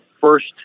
first